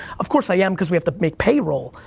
of course i am, cause we have to make payroll,